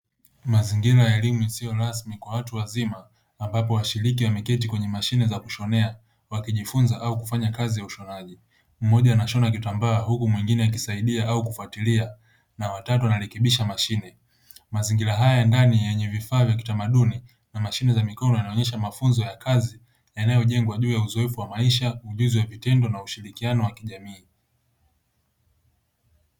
Mazingira ya elimu isiyo rasmi kwa watu wazima ambapo washiriki wameketi kwenye mashine za kushonea wakiwa wakijifunza au kufanya kazi za ushonaji, mmoja anashona kitambaa huku mwingine akisaidia au kufuatilia na wa tatu anarekebisha mashine, mazingira haya ya ndani yenye vifaa vya kitamaduni na mashine za mikono yanaonyesha mafunzo ya kazi yanayojengwa juu ya uzoefu wa maisha, ujuzi wa vitendo na ushirikiano wa kijamii.